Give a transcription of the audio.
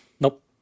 Nope